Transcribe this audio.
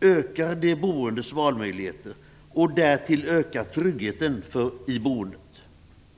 ökar de boendes valmöjligheter och därtill tryggheten i boendet.